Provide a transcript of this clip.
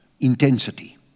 Intensity